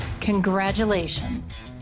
Congratulations